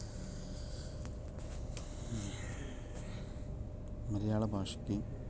മലയാള ഭാഷയ്ക്ക്